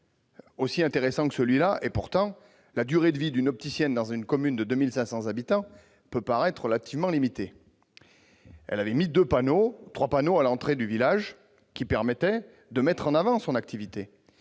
aussi intéressant que celui-là ? Pourtant, la durée de vie d'une telle enseigne dans une commune de 2 500 habitants peut être relativement limitée. L'opticienne avait installé trois panneaux à l'entrée du village qui permettaient de mettre en avant son activité.